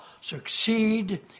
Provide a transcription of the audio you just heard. succeed